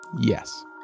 yes